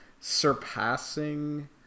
surpassing